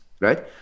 right